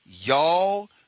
y'all